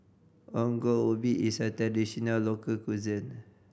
Ongol Ubi is a traditional local cuisine